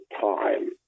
time